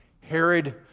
Herod